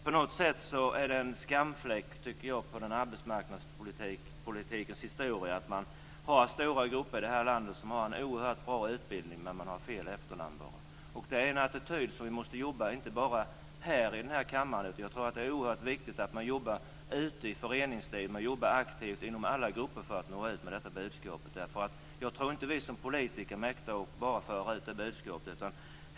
På något sätt är det en skamfläck i arbetsmarknadspolitikens historia att man har stora grupper i det här landet som har en oerhört bra utbildning men fel efternamn. Det är en attityd som vi måste jobba med, inte bara i denna kammare. Jag tror att det är oerhört viktigt att man jobbar aktivt med detta ute i föreningslivet, inom alla grupper, för att nå ut med detta budskap. Jag tror nämligen inte att bara vi politiker mäktar att föra ut det budskapet.